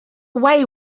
away